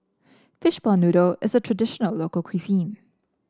Fishball Noodle is a traditional local cuisine